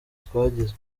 twagize